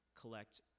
collect